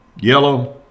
yellow